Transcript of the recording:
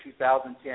2010